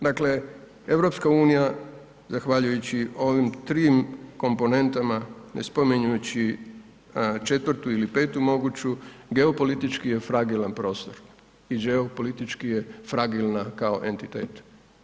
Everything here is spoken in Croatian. Dakle, EU zahvaljujući ovim trim komponentama ne spominjući četvrtu ili petu moguću geopolitički je fragilan prostor i đeopolitički je fragilna kao entitet.